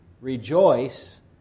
Rejoice